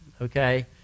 okay